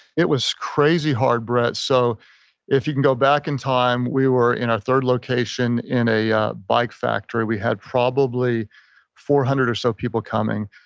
it was crazy hard, brett. so if you can go back in time, we were in our third location in a ah bike factory. we had probably four hundred or so people coming.